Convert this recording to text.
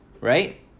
right